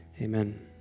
amen